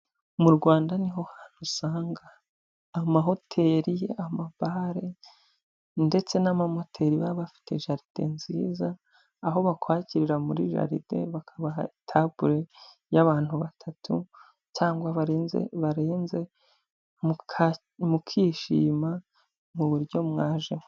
Mu Rwanda niho hantu usanga amahoteri, amabare ndetse n'amamoteri baba bafite jaride nziza, aho bakwakirira muri jaride, bakabaha tabure y'abantu batatu cyangwa barenze, mukishima mu buryo mwaje.